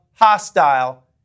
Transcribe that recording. hostile